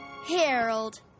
Harold